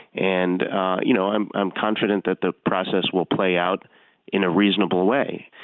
and you know i'm i'm confident that the process will play out in a reasonable way.